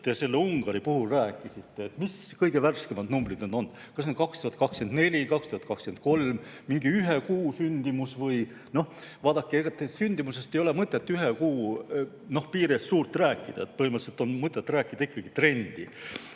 te Ungari puhul rääkisite. Mis kõige värskemad numbrid need on? Kas need on 2024 või 2023, mingi ühe kuu sündimus või? Vaadake, ega sündimusest ei ole mõtet ühe kuu piires suurt rääkida, põhimõtteliselt on mõtet rääkida ikkagi trendist.